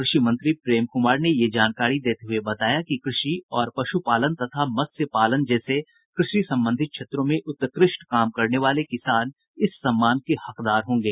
कृषि मंत्री प्रेम कुमार ने यह जानकारी देते हुये बताया कि कृषि और पशु पालन तथा मत्स्य पालन जैसे कृषि संबंधित क्षेत्रों में उत्कृष्ट काम करने वाले किसान इस सम्मान के हकदार होंगे